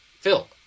Phil